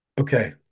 Okay